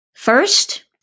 First